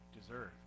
deserve